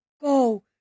Go